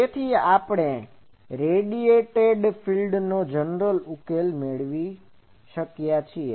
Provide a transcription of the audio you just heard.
તેથી આપણ ને રેડીએટેડ ફિલ્ડનો જનરલ ઉકેલ મળ્યો છે